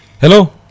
Hello